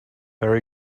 very